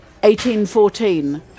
1814